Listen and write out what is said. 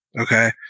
Okay